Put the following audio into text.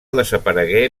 desaparegué